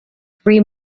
three